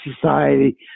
society